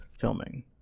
filming